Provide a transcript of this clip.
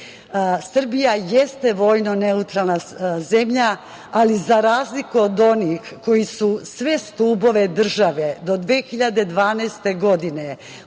EU.Srbija jeste vojno neutralna zemlja, ali za razliku od onih koji su sve stubove države do 2012. godine urušavali